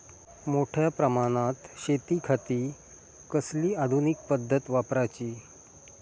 मोठ्या प्रमानात शेतिखाती कसली आधूनिक पद्धत वापराची?